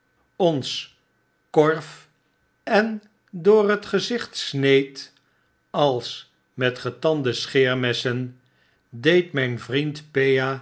ons korf en door het gezicht sneed als met getande scheermessen deed myn vriend